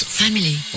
family